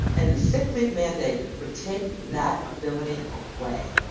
and a sick leave mandate would take that ability away.